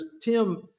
Tim